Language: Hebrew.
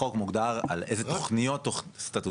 כרגע בחוק מוגדר על אילו תוכניות סטטוטוריות,